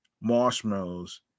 marshmallows